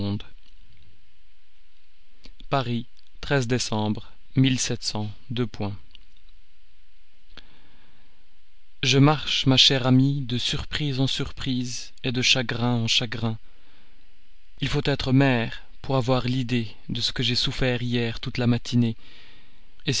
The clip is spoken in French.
je marche ma chère amie de surprise en surprise de chagrin en chagrin il faut être mère pour avoir l'idée de ce que j'ai souffert hier toute la matinée